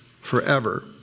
forever